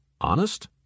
honest